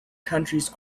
countries